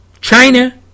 China